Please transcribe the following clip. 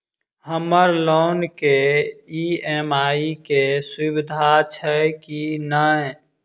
हम्मर लोन केँ ई.एम.आई केँ सुविधा छैय की नै?